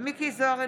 מכלוף מיקי זוהר,